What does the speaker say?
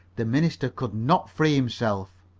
the minister could not free himself.